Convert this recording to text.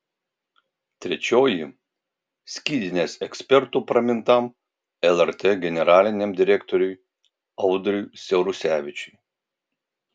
trečioji skydinės ekspertu pramintam lrt generaliniam direktoriui audriui siaurusevičiui